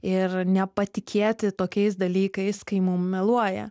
ir nepatikėti tokiais dalykais kai mum meluoja